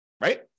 right